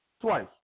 twice